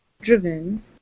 Driven